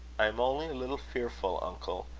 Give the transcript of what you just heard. i am only a little fearful, uncle,